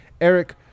eric